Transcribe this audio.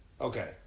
Okay